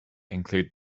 include